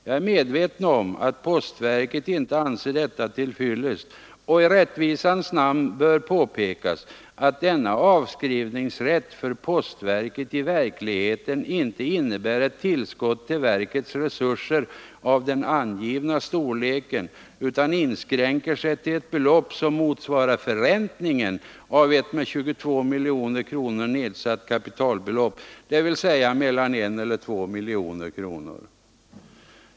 Jag är medveten om att postverket inte anser detta till fyllest. I rättvisans namn bör påpekas att denna avskrivningsrätt för postverket i verkligheten inte innebär ett tillskott till verkets resurser av den angivna storleken utan inskränker sig till ett belopp, som motsvarar förräntningen av ett med 22 miljoner kronor nedsatt kapitalbelopp, dvs. mellan 1 och 2 miljoner kronor.